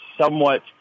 somewhat